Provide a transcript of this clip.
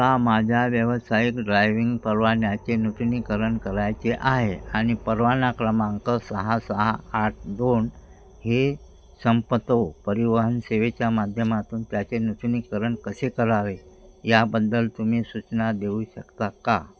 ला माझ्या व्यावसायिक ड्रायवविंग परवान्याचे नूतनीकरण करायचे आहे आणि परवाना क्रमांक सहा सहा आठ दोन हे संपतो परिवहन सेवेच्या माध्यमातून त्याचे नूतनीकरण कसे करावे याबद्दल तुम्ही सूचना देऊ शकता का